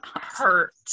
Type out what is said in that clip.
hurt